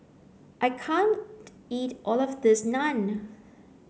I can't eat all of this Naan